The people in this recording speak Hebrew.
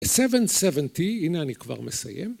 770 הנה אני כבר מסיים